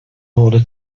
order